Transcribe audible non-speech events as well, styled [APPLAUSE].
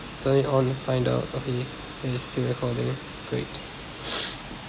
turn it on to find out okay it is still recording great [NOISE]